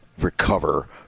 recover